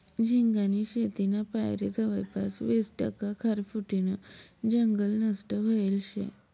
झिंगानी शेतीना पायरे जवयपास वीस टक्का खारफुटीनं जंगल नष्ट व्हयेल शे